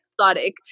exotic